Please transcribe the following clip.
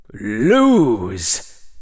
Lose